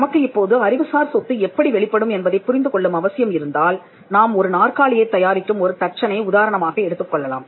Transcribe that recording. நமக்கு இப்போது அறிவுசார் சொத்து எப்படி வெளிப்படும் என்பதைப் புரிந்து கொள்ளும் அவசியம் இருந்தால் நாம் ஒரு நாற்காலியைத் தயாரிக்கும் ஒரு தச்சனை உதாரணமாக எடுத்துக்கொள்ளலாம்